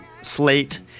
slate